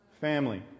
family